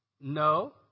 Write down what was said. No